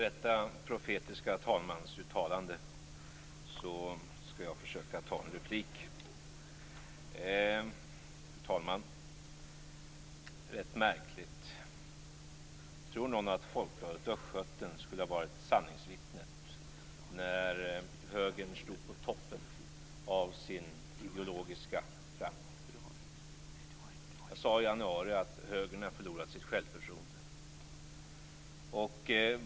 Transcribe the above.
Fru talman! Det är märkligt! Tror någon att Folkbladet Östgöten var sanningsvittnet när högern stod på toppen av sin ideologiska framgång? Jag sade i januari att högern har förlorat sitt självförtroende.